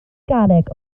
garreg